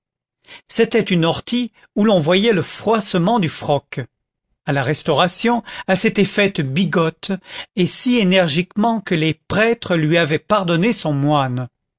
c'était une ortie où l'on voyait le froissement du froc à la restauration elle s'était faite bigote et si énergiquement que les prêtres lui avaient pardonné son moine